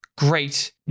Great